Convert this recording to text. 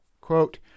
Quote